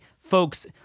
Folks